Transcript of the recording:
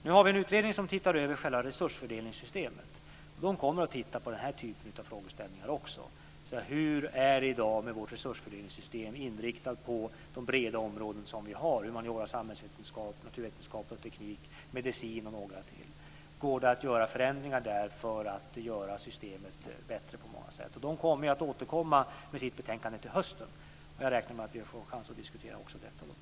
Nu har vi en utredning som tittar över själva resursfördelningssystemet. Man kommer att titta på den här typen av frågor också: Hur är det i dag med vårt resursfördelningssystem, inriktat på de breda områden som vi har - humaniora, samhällsvetenskap, naturvetenskap och teknik, medicin och några till? Går det att göra förändringar där för att göra systemet bättre på många sätt? Utredningen kommer att återkomma med sitt betänkande till hösten. Jag räknar med att vi får chans att diskutera också detta då.